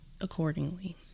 accordingly